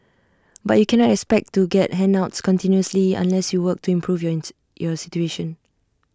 but you cannot expect to get handouts continuously unless you work to improve your situation